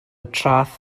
traeth